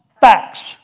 facts